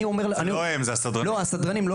זה הסדרנים.